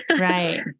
Right